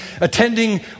attending